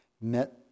met